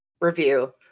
review